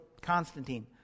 Constantine